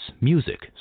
music